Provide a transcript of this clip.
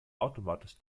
automatisch